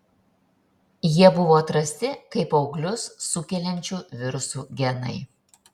jie buvo atrasti kaip auglius sukeliančių virusų genai